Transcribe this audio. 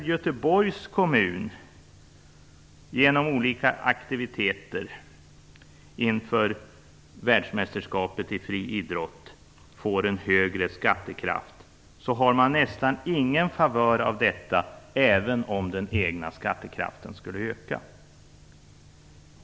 Om Göteborgs kommun genom olika aktiviteter inför VM i friidrott får högre skattekraft, har man nästan ingen favör av detta även om den egna skattekraften skulle öka.